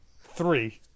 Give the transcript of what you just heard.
Three